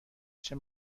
بشه